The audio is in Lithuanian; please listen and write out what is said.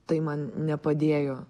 tai man nepadėjo